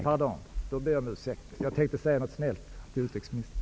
Herr talman! Pardon! Jag ber om ursäkt. Jag tänkte säga något snällt till utrikesministern.